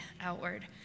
outward